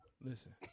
Listen